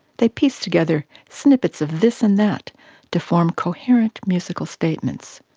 they piece together snippets of this and that to form coherent musical statements.